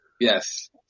yes